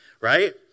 right